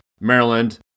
maryland